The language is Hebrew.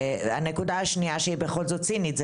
הנקודה השנייה שהיא בכל זאת צינית היא